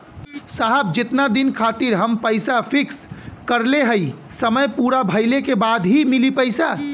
साहब जेतना दिन खातिर हम पैसा फिक्स करले हई समय पूरा भइले के बाद ही मिली पैसा?